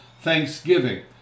Thanksgiving